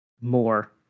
more